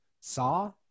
saw